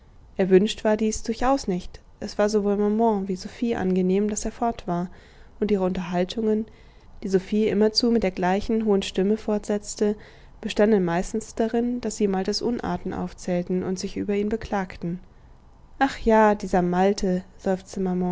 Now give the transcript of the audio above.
war dies durchaus nicht es war sowohl maman wie sophie angenehm daß er fort war und ihre unterhaltungen die sophie immerzu mit der gleichen hohen stimme fortsetzte bestanden meistens darin daß sie maltes unarten aufzählten und sich über ihn beklagten ach ja dieser malte